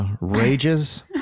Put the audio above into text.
rages